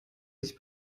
sich